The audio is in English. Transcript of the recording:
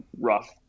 rough